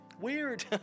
Weird